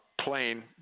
plane